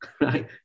right